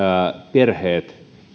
perheet